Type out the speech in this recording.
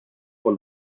por